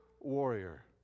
warrior